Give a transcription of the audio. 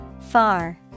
Far